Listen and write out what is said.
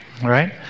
right